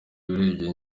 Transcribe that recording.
urebye